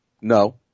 No